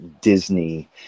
disney